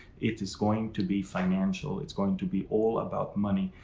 it is going to be financial. it's going to be all about money.